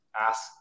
ask